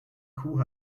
kuh